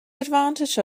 advantage